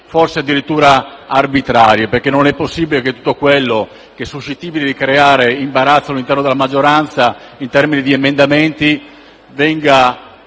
forse addirittura arbitrarie. Non è infatti possibile che tutto quello che è suscettibile di creare imbarazzo all'interno della maggioranza in termini di emendamenti venga